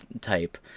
type